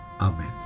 Amen